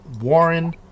Warren